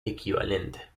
equivalente